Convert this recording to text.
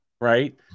right